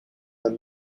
the